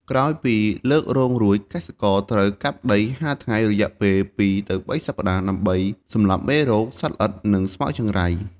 ក្រោយពីលើករងរួច កសិករត្រូវកាប់ដីហាលថ្ងៃរយៈពេល ២-៣ សប្តាហ៍ ដើម្បីសម្លាប់មេរោគ សត្វល្អិត និងស្មៅចង្រៃ។